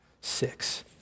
six